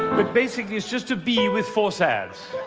but basically, it's just a b, with four sads.